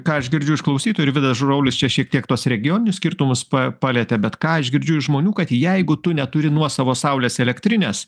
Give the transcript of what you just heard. ką aš girdžiu iš klausytojų ir vidas žuraulis čia šiek tiek tuos regioninius skirtumus pa palietė bet ką aš girdžiu iš žmonių kad jeigu tu neturi nuosavos saulės elektrinės